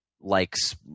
likes